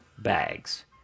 bags